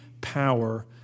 power